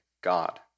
God